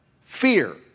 fear